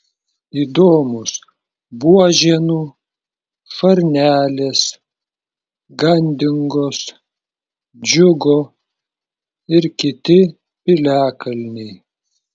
įdomūs buožėnų šarnelės gandingos džiugo ir kiti piliakalniai